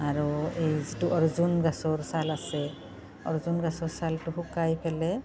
আৰু এই যিটো অৰ্জুন গাছৰ ছাল আছে অৰ্জুন গাছৰ ছালটো শুকাই ফেলে